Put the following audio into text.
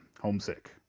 homesick